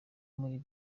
muri